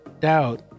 doubt